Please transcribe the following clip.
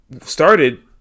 started